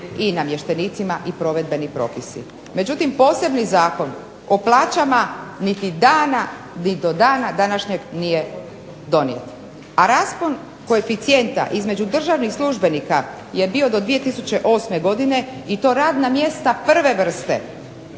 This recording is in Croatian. i namještenicima i provedbeni propisi. Međutim, posebni zakon o plaćama ni do dana današnjeg nije donijet, a raspon koeficijenta između državnih službenika je bio do 2008. godine i to radna mjesta I. vrste